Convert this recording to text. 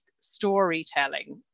storytelling